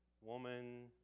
woman